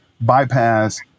bypass